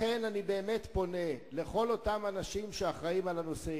לכן, אני פונה אל כל אותם אנשים שאחראים לנושא.